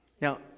Now